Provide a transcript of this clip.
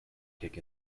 kick